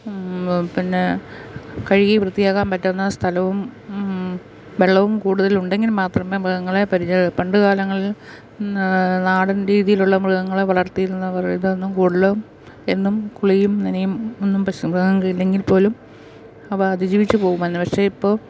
പിന്നെ കഴുകി വൃത്തിയാക്കാൻ പറ്റുന്ന സ്ഥലവും വെള്ളവും കൂടുതലുണ്ടെങ്കിൽ മാത്രമേ മൃഗങ്ങളെ പരിച പണ്ട് കാലങ്ങളിൽ നാടൻ രീതിയിൽ ഉള്ള മൃഗങ്ങളെ വളർത്തുന്നവരിൽ കൂടുതലും എന്നും കുളിയും നനയും ഒന്നും പക്ഷി മൃഗങ്ങൾക്കില്ലെങ്കിൽ പോലും അവ അതിജീവിച്ച് പോവുമായിരുന്നു പക്ഷെ ഇപ്പോൾ